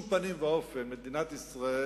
מדינת ישראל